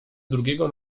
drugiego